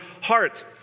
heart